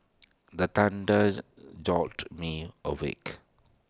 the thunders jolt me awake